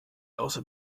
außer